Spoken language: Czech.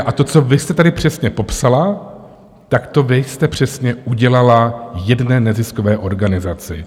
A to, co vy jste tady přesně popsala, tak to vy jste přesně udělala jedné neziskové organizaci.